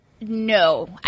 No